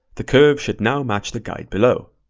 the curve should now match the guide below.